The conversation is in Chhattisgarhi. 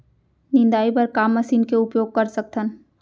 निंदाई बर का मशीन के उपयोग कर सकथन?